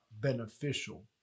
beneficial